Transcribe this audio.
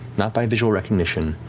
not by visual recognition,